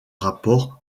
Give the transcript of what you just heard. rapports